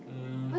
um